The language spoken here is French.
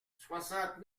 soixante